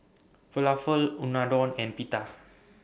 Falafel Unadon and Pita